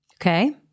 Okay